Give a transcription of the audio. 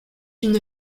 une